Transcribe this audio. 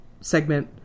segment